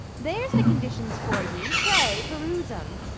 there's the conditions for ye, pray peruse em.